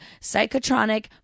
psychotronic